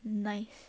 nice